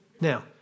Now